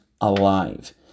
alive